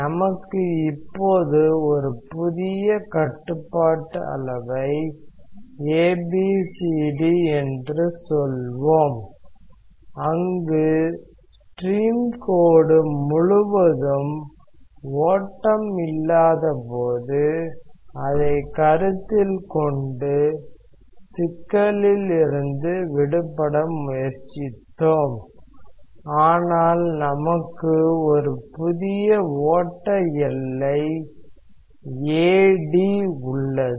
நமக்கு இப்போது ஒரு புதிய கட்டுப்பாட்டு அளவை ABCD என்று சொல்வோம் அங்கு ஸ்ட்ரீம் கோடு முழுவதும் ஓட்டம் இல்லாதபோது அதைக் கருத்தில் கொண்டு சிக்கலில் இருந்து விடுபட முயற்சித்தோம் ஆனால் நமக்கு ஒரு புதிய ஓட்ட எல்லை AD உள்ளது